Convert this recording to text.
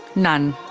none?